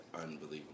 unbelievable